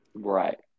Right